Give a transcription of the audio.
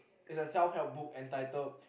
is the self help book entitled